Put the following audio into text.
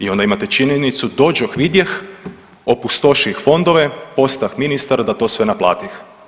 I onda imate činjenicu, dođoh, vidjeh, opustoših fondove, postah ministar da to sve naplatih.